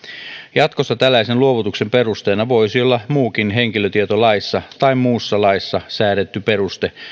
jatkossa tällaisen luovutuksen perusteena voisi olla muukin henkilötietolaissa tai muussa laissa säädetty peruste